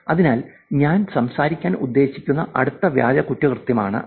അതിനാൽ ഞാൻ സംസാരിക്കാൻ ഉദ്ദേശിക്കുന്ന അടുത്ത വ്യാജ കുറ്റകൃത്യമാണ് അത്